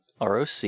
ROC